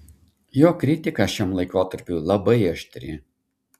jo kritika šiam laikotarpiui labai aštri